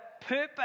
purpose